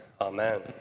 Amen